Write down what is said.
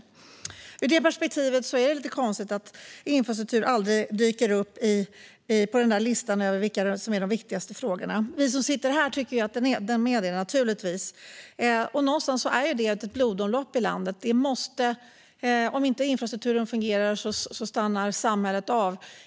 Därför är det som sagt lite konstigt att infrastruktur aldrig dyker upp på den där listan över de viktigaste frågorna. Vi som sitter här tycker givetvis att infrastrukturen är väldigt viktig. Den är ju landets blodomlopp, och om den inte fungerar stannar samhället.